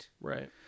Right